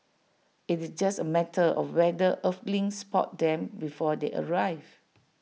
IT is just A matter of whether Earthlings spot them before they arrive